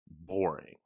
boring